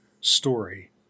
story